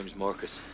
marcus.